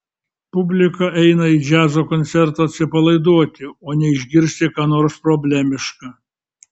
publika eina į džiazo koncertą atsipalaiduoti o ne išgirsti ką nors problemiška